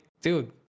dude